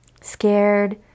scared